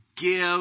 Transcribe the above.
give